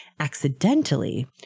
accidentally